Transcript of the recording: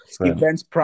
events